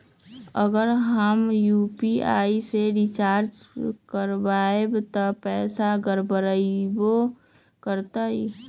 अगर हम यू.पी.आई से रिचार्ज करबै त पैसा गड़बड़ाई वो करतई?